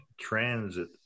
transit